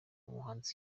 umuhanzi